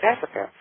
Africa